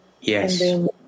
Yes